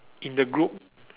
in the group